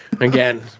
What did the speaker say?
again